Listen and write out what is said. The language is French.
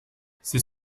c’est